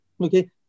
okay